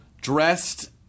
dressed